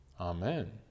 Amen